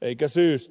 eikä syyttä